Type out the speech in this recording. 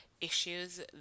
issues